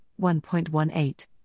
1.18